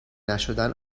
نشدن